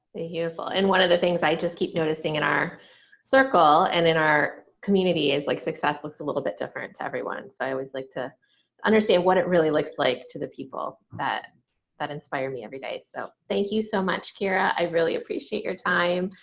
but and one of the things i just keep noticing in our circle and in our community is like success looks a little bit different to everyone, so i always like to understand what it really looks like to the people that that inspire me every day. so thank you so much, kira. i really appreciate your time.